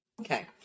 Okay